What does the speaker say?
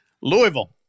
Louisville